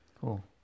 cool